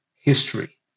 history